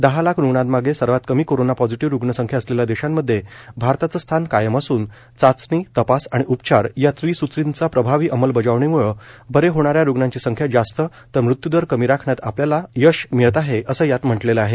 दहा लाख रूग्णांमागे सर्वात कमी कोरोना पॉझिटिव्ह रूग्णसंख्या असलेल्या देशांमधे भारताचं स्थान कायम असून चाचणी तपास आणि उपचार या त्रिसूत्रीच्या प्रभावी अंमलबजावणीम्ळं बरे होणा या रूग्णांची संख्या जास्त तर मृत्यूदर कमी राखण्यात आपल्याला आपल्याला यश मिळत आहे असं यात म्हटलं आहे